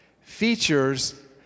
features